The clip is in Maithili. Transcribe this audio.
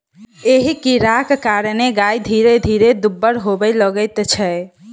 एहि कीड़ाक कारणेँ गाय धीरे धीरे दुब्बर होबय लगैत छै